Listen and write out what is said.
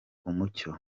umucyo